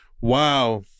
Wow